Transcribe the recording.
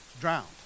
drowned